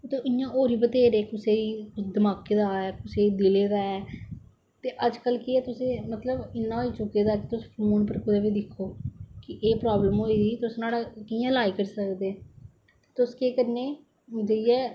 इयां और बी बत्हेरे कुसै गी दमाके दा है कुसै गी दिले दा ऐ ते अजकल के ऐ तुसें मतलब इन्ना होई चुके दा कि तुस दिक्खो कि एह् प्राव्लम होई चुकी दी ऐ ते कियां इलाज करी सकदे हो तुस केह् करने